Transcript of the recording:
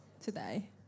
today